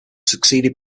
succeeded